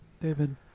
David